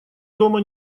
дома